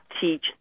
teach